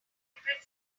preferred